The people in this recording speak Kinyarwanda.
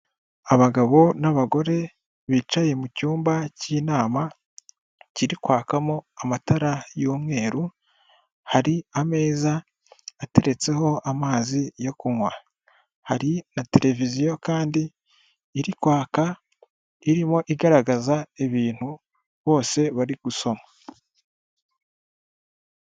Abagabo n'abagore bicaye mu cyumba cy'inama kiri kwakamo amatara y'umweru, hari ameza ateretseho amazi yo kunywa. Hari na televiziyo kandi iri kwaka, irimo igaragaza ibintu bose bari gusoma.